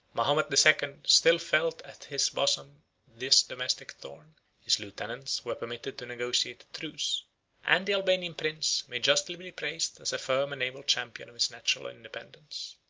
mahomet the second still felt at his bosom this domestic thorn his lieutenants were permitted to negotiate a truce and the albanian prince may justly be praised as a firm and able champion of his national independence.